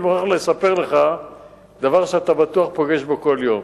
אני מוכרח לספר לך דבר שאתה בטוח פוגש בו כל יום.